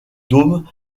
dôme